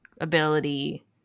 ability